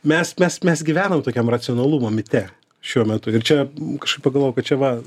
mes mes mes gyvenam tokiam racionalumo mite šiuo metu ir čia kažkaip pagalvojau kad čia va